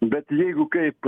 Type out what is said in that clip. bet jeigu kaip